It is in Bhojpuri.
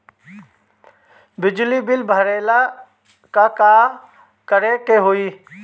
बिजली बिल भरेला का करे के होई?